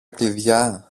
κλειδιά